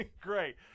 great